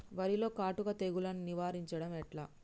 వరిలో కాటుక తెగుళ్లను నివారించడం ఎట్లా?